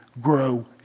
grow